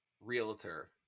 realtor